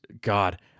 God